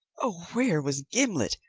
oh, where was gimblet?